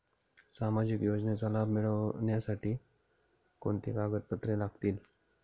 सामाजिक योजनेचा लाभ मिळण्यासाठी कोणती कागदपत्रे लागतील?